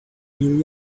new